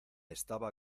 estaba